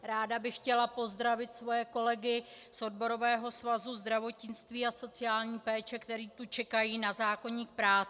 Ráda bych chtěla pozdravit svoje kolegy z Odborového svazu zdravotnictví a sociální péče, kteří tu čekají na zákoník práce.